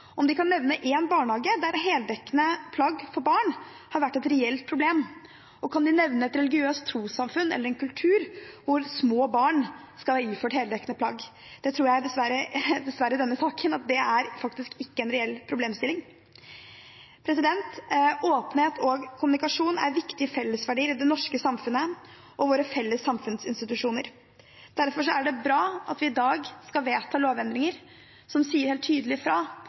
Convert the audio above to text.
nevne én barnehage der heldekkende plagg for barn har vært et reelt problem. Kan de nevne et religiøst trossamfunn eller en kultur hvor små barn skal være iført heldekkende plagg? Det tror jeg – dessverre for denne saken – faktisk ikke er en reell problemstilling. Åpenhet og kommunikasjon er viktige fellesverdier i det norske samfunnet og våre felles samfunnsinstitusjoner. Derfor er det bra at vi i dag skal vedta lovendringer som sier helt tydelig